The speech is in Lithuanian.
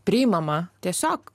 priimama tiesiog